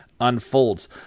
unfolds